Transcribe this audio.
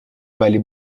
ولی